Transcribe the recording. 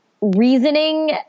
reasoning